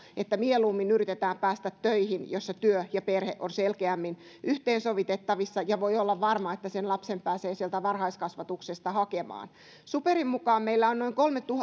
että mieluummin yritetään päästä töihin joissa työ ja perhe on selkeämmin yhteensovitettavissa ja voi olla varma että lapsen pääsee sieltä varhaiskasvatuksesta hakemaan superin mukaan meillä on noin